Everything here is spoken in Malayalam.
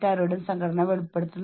വളരെയധികം സമ്മർദ്ദമുണ്ട്